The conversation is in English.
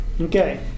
Okay